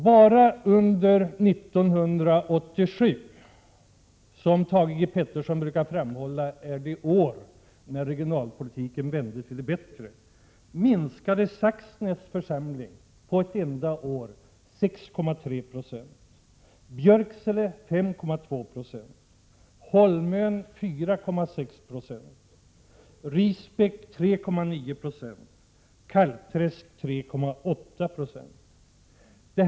Bara under 1987, som Thage G Peterson brukar framhålla är det år då regionalpolitiken vände till det bättre, minskade befolkningen i Saxnäs församling på ett enda år med 6,3 270, Björksele församling minskade med 5,2 26, Holmön med 4,6 2, Risbäck med 3,9 90 och Kallträsk med 3,8 26.